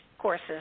courses